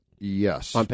yes